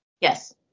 Yes